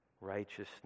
righteousness